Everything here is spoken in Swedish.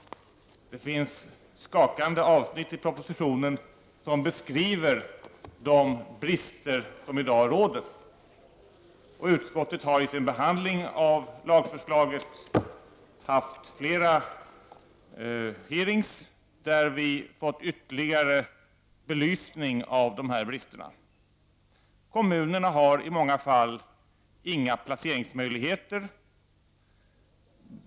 Det finns skakande avsnitt i propositionen som beskriver de brister som i dag råder. Utskottet har vid sin behandling av lagförslaget haft flera hearingar, där dessa brister ytterligare har belysts. Kommunerna har i många fall inga placeringsmöjligheter.